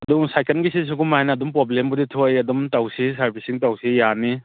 ꯑꯗꯨꯕꯨ ꯁꯥꯏꯀꯜꯒꯤꯁꯤ ꯁꯨꯃꯥꯏꯅ ꯑꯗꯨꯝ ꯄ꯭ꯔꯣꯕ꯭ꯂꯦꯝꯕꯨꯗꯤ ꯊꯣꯛꯏ ꯑꯗꯨꯝ ꯇꯩꯁꯤ ꯁꯥꯔꯕꯤꯁꯤꯡ ꯇꯧꯁꯤ ꯌꯥꯅꯤ